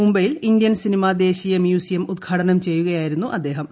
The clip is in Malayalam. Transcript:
മുംബൈയിൽ ഇന്ത്യൻ സിനിമ ദേശീയ മ്യൂസിയം ഉദ്ഘാടനം ചെയ്യുകയായിരുന്നു അദ്ദേഹം